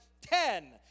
ten